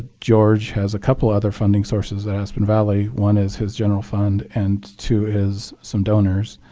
george has a couple other funding sources at aspen valley. one is his general fund and two is some donors.